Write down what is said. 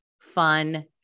fun